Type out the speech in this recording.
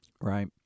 right